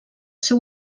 seu